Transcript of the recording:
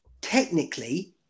technically